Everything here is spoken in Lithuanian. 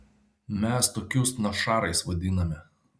mes tokius našarais vadiname